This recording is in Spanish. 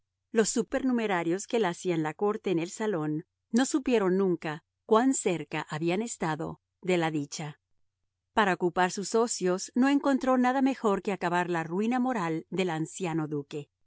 los supernumerarios que la hacían la corte en el salón no supieron nunca cuán cerca habían estado de la dicha para ocupar sus ocios no encontró nada mejor que acabar la ruina moral del anciano duque